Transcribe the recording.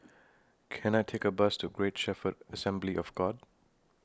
Can I Take A Bus to Great Shepherd Assembly of God